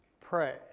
pray